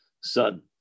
son